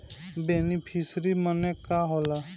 Beneficiary मने का होला?